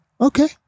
okay